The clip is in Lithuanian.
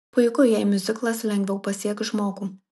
puiku jei miuziklas lengviau pasieks žmogų